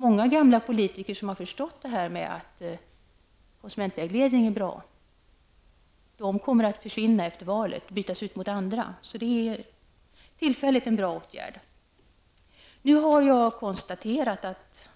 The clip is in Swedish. Många gamla politiker som har insett att konsumentvägledning är bra kommer att bytas ut mot andra, så det är ett bra tillfälle för en sådan åtgärd. Jag har kunnat konstatera att